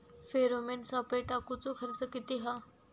Pheromone सापळे टाकूचो खर्च किती हा?